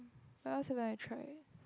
what else haven't I tried